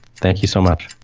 thank you so much.